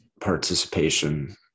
participation